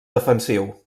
defensiu